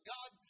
God